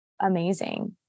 amazing